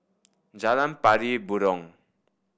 Jalan Pari Burong